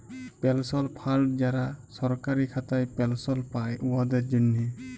পেলশল fund যারা সরকারি খাতায় পেলশল পায়, উয়াদের জ্যনহে